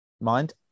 Mind